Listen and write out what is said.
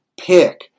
pick